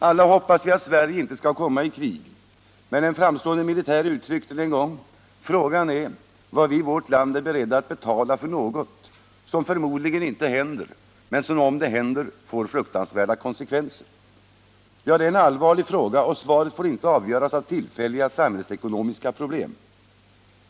Alla hoppas vi att Sverige inte skall komma i krig, men det är som en framstående militär en gång uttryckte det: ”Frågan är, vad vi i vårt land är beredda att betala för något, som förmodligen inte händer, men som om det händer, får fruktansvärda konsekvenser.” Ja, det är en allvarlig fråga, och svaret får inte avgöras av tillfälliga samhällsekonomiska problem.